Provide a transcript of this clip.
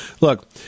Look